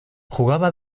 jugaba